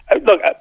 Look